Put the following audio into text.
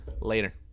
Later